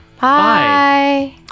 Bye